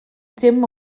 dim